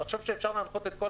ועכשיו, כשאפשר להנחות את כל